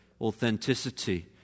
authenticity